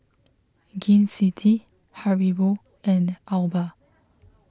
Gain City Haribo and Alba